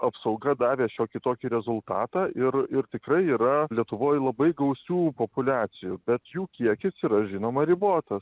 apsauga davė šiokį tokį rezultatą ir ir tikrai yra lietuvoj labai gausių populiacijų bet jų kiekis yra žinoma ribotas